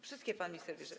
Wszystkie pan minister bierze.